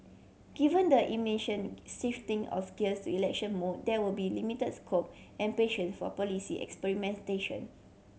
given the immission shifting ohs gears to election mode there will be limit scope and patience for policy experimentation